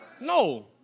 No